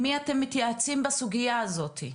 מתייעצים בסוגייה הזאת?